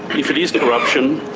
if it is corruption,